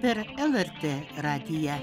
per lrt radiją